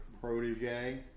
protege